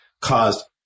caused